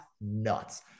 nuts